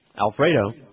Alfredo